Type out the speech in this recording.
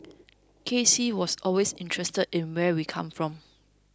K C was always interested in where we come from